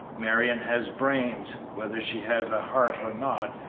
marion has brains, whether she has a heart or not,